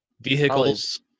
vehicles